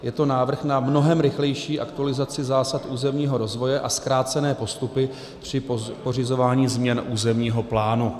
Je to návrh na mnohem rychlejší aktualizaci zásad územního rozvoje a zkrácené postupy při pořizování změn územního plánu.